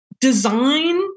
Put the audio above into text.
design